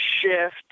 shift